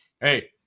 Hey